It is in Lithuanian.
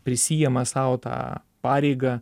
prisiima sau tą pareigą